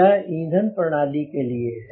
यह ईंधन प्रणाली के लिए है